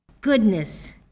goodness